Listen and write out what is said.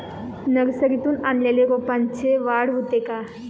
नर्सरीतून आणलेल्या रोपाची वाढ होते का?